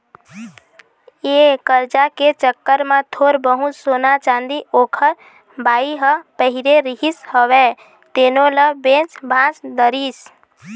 ये करजा के चक्कर म थोर बहुत सोना, चाँदी ओखर बाई ह पहिरे रिहिस हवय तेनो ल बेच भांज डरिस